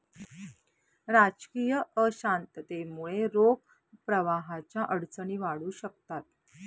राजकीय अशांततेमुळे रोख प्रवाहाच्या अडचणी वाढू शकतात